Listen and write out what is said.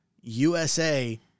USA